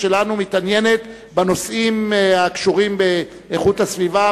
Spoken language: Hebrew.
שלנו מתעניינת בנושאים הקשורים לאיכות הסביבה,